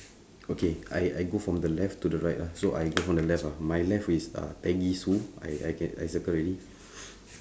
okay I I go from the left to the right lah so I go from the left ah my left is uh peggy sue I I can I circle already